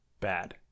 bad